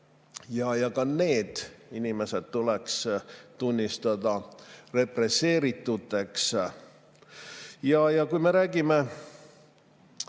Ka need inimesed tuleks tunnistada represseerituteks. Ja kui me räägime